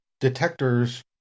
detectors